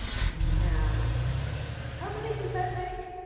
and now how many does that make?